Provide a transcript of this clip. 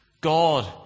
God